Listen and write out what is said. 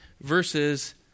verses